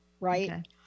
Right